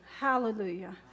Hallelujah